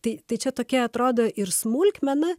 tai tai čia tokia atrodo ir smulkmena